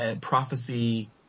Prophecy